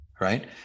Right